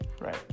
right